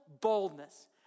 boldness